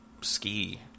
Ski